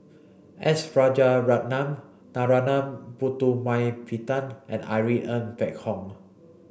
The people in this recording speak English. S Rajaratnam Narana Putumaippittan and Irene Ng Phek Hoong